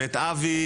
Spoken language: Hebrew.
ואת אבי